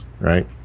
right